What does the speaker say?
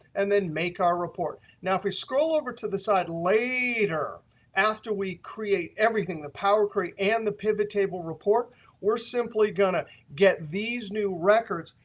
and then make our report. now, if we scroll over to the site later after we create everything the power query and the pivot table report we're simply going to get these new records,